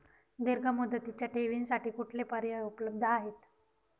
दीर्घ मुदतीच्या ठेवींसाठी कुठले पर्याय उपलब्ध आहेत?